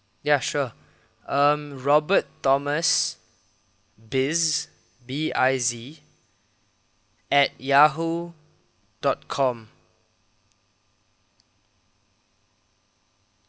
ya sure um robert thomas biz B I Z at yahoo dot com